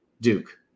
Duke